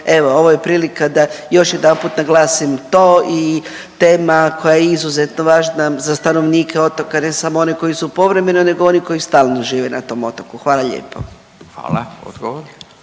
evo ovo je prilika da još jedanput naglasim to i tema koja je izuzetno važna za stanovnike otoka ne samo one koji su povremeno nego oni koji stalno žive na tom otoku, hvala lijepo. **Radin,